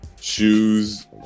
shoes